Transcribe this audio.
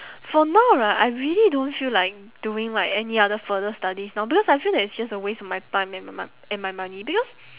for now right I really don't feel like doing like any other further studies now because I feel that it's just a waste of my time and m~ m~ and my money because